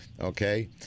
Okay